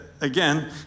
again